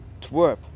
twerp